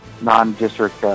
non-district